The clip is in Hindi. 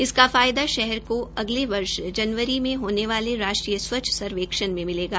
इसका फायदा शहर के अगले वर्ष जनवरी में होने वाले राष्ट्रीय स्वच्छ सर्वेक्षण में मिलेगा